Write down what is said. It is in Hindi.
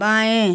बाएँ